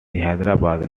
hyderabad